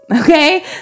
Okay